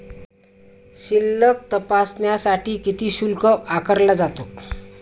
शिल्लक तपासण्यासाठी किती शुल्क आकारला जातो?